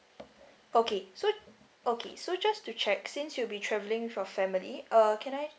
okay so okay so just to check since you'll be travelling for family uh can I